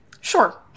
sure